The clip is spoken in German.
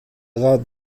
rat